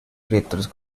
directores